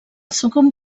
segon